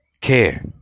care